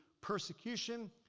persecution